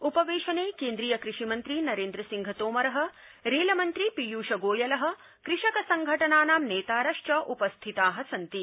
उपवेशने केन्द्रीय कृषि मन्त्री नरेन्द्र सिंह तोमर रेलमन्त्री पीयूषगोयल कृषकसंघटनानां नेतारश्च उपस्थिता सन्ति